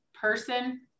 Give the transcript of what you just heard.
person